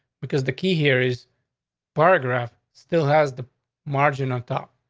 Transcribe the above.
because the key here is paragraph still has the margin on top.